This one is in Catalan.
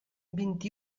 vint